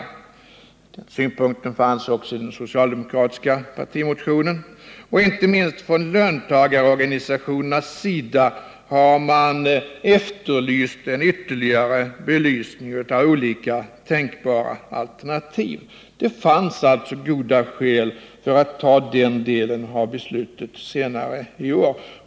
Den synpunkten fanns också i den socialdemokratiska partimotionen. Inte minst från löntagarorganisationernas sida har man efterlyst en ytterligare belysning av olika tänkbara alternativ. Det fanns alltså goda skäl för att ta den delen av beslutet senare i år.